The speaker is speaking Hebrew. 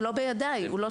הוא לא בידיי והוא לא שלי.